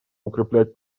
укреплять